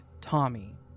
Tommy